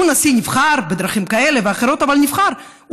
הוא נשיא נבחר, בדרכים כאלה ואחרות, אבל נבחר.